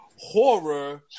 horror